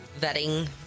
vetting